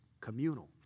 communal